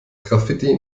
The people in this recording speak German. graffiti